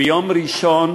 ביום ראשון